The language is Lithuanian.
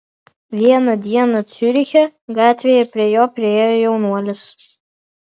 vieną dieną ciuriche gatvėje prie jo priėjo jaunuolis